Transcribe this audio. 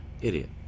idiot